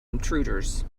intruders